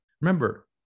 Remember